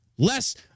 Less